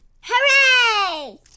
Hooray